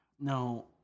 No